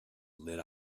lit